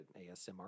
ASMR